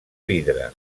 vidre